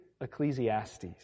Ecclesiastes